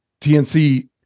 TNC